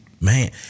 Man